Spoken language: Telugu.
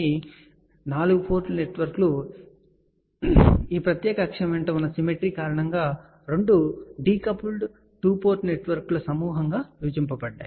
కాబట్టి 4 పోర్ట్ నెట్వర్క్లు ఈ ప్రత్యేక అక్షం వెంట ఉన్న సిమెట్రీ కారణంగా రెండు డీకపుల్డ్ 2 పోర్ట్ నెట్వర్క్ల సమూహంగా విభజింపబడ్డాయి